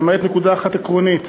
למעט נקודה אחת עקרונית.